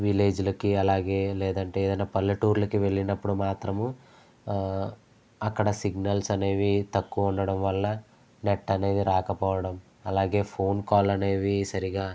విలేజిలకి అలాగే లేదంటే ఏదైనా పల్లెటూర్లకు వెళ్ళినప్పుడూ మాత్రమూ అక్కడ సిగ్నల్స్ అనేవి తక్కువ ఉండడం వల్ల నెట్ అనేది రాకపోవడం అలాగే ఫోన్ కాల్ అనేవి సరిగా